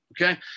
okay